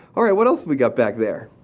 alright, what else we got back there?